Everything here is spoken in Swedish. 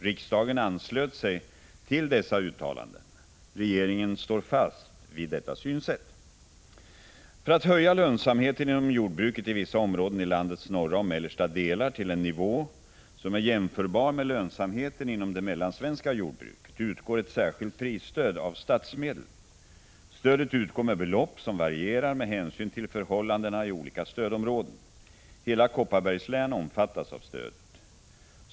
Riksdagen anslöt sig till dessa uttalanden. Regeringen står fast vid detta synsätt. För att höja lönsamheten inom jordbruket i vissa områden i landets norra och mellersta delar till en nivå som är jämförbar med lönsamheten inom det utgår med belopp som varierar med hänsyn till förhållandena i olika stödområden. Hela Kopparbergs län omfattas av stödet.